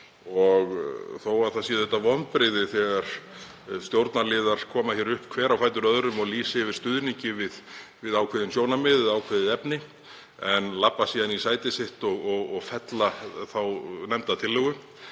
Þó að það séu auðvitað vonbrigði þegar stjórnarliðar koma hingað upp hver á fætur öðrum og lýsa yfir stuðningi við ákveðin sjónarmið eða ákveðið efni en labba síðan í sæti sitt og fella þá nefndartillögu